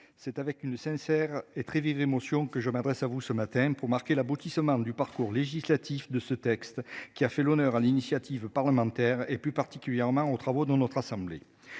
C'est avec une sincère et très vive émotion que je m'adresse à vous ce matin pour marquer l'aboutissement du parcours législatif de ce texte qui a fait l'honneur à l'initiative parlementaire et plus particulièrement aux travaux de notre assemblée.